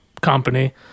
company